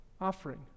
offering